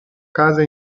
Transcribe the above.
casa